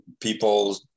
people